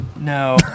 No